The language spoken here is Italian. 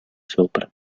sopra